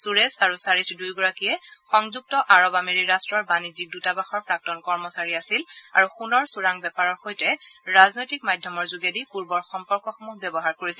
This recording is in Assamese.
সুৰেশ আৰু চাৰিথ দুয়োগৰাকীয়ে সংযুক্ত আৰৱ আমেৰি ৰট্টৰ বাণিজ্যিক দুতাবাসৰ প্ৰাক্তন কৰ্মচাৰী আছিল আৰু সোণৰ চোৰাং বেপাৰৰ বাবে ৰাজনৈতিক মাধ্যমৰ যোগেদি পূৰ্বৰ সম্পৰ্কসমূহ ব্যৱহাৰ কৰিছিল